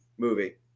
movie